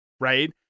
right